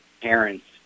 parents